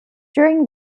during